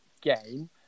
game